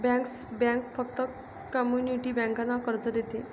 bankers bank फक्त community बँकांना कर्ज देते